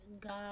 God